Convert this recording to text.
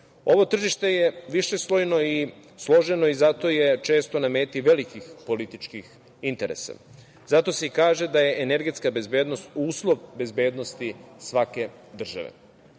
tržište je višeslojno i složeno i zato je često na meti velikih političkih interesa. Zato se i kaže da je energetska bezbednost uslov bezbednosti svake države.